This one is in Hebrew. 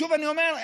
שוב אני אומר,